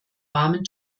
warmen